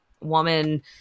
woman